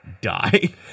die